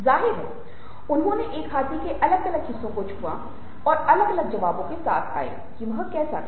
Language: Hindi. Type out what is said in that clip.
जाहिर है उन्होंने एक हाथी के अलग अलग हिस्सों को छुआ और अलग अलग जवाबों के साथ आए कि यह कैसा था